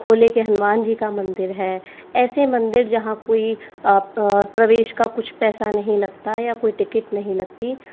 खोले के हनुमान जी का मंदिर है ऐसे मंदिर जहाँ कोई प्रवेश का कुछ पैसा नहीं लगता या कोई टिकिट नहीं लगती